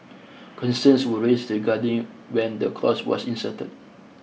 concerns were raised regarding when the clause was inserted